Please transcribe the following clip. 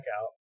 out